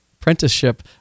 apprenticeship